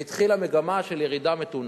והתחילה מגמה של ירידה מתונה.